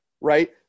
right